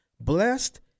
Blessed